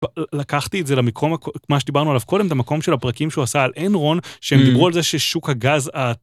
לקחתי את זה למקום.. מה שדיברנו עליו קודם למקום של הפרקים שהוא עשה על אינרון שהם דיברו על זה ששוק הגז.